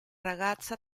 ragazza